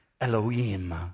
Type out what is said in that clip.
Elohim